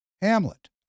Hamlet